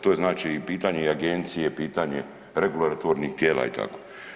To je znači i pitanje agencije, pitanje regulatornih tijela i tako.